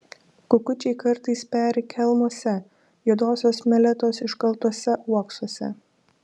kukučiai kartais peri kelmuose juodosios meletos iškaltuose uoksuose